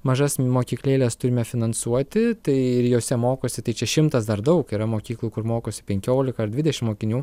mažas mokyklėles turime finansuoti tai ir jose mokosi tai čia šimtas dar daug yra mokyklų kur mokosi penkiolika ar dvidešimt mokinių